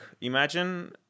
imagine